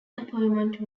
appointment